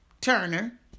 Turner